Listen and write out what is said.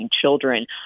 children